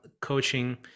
coaching